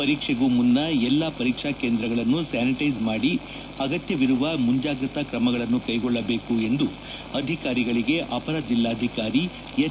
ಪರೀಕ್ಷೆಗೂ ಮುನ್ನಾ ಎಲ್ಲಾ ಪರೀಕ್ಷಾ ಕೇಂದ್ರವನ್ನು ಸ್ನಾನಿಟೈಜರ್ ಮಾಡಿಸಿ ಅಗತ್ಯವಿರುವ ಮುಂಜಾಗ್ರತಾ ಕ್ರಮಗಳನ್ನು ಕೈಗೊಳ್ಳಬೇಕು ಎಂದು ಅಧಿಕಾರಿಗಳಿಗೆ ಅಪರ ಜಿಲ್ಲಾಧಿಕಾರಿ ಎಚ್